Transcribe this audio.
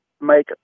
make